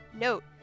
Note